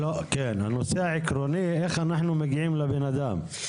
הנושא העקרוני הוא איך אנחנו מגיעים לבן אדם,